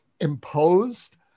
imposed